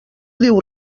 diu